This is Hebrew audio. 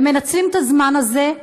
ומנצלים את הזמן הזה,